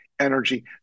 energy